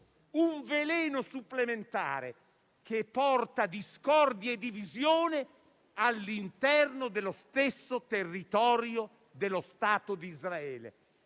un veleno supplementare che porta discordia e divisione all'interno dello stesso territorio dello Stato d'Israele.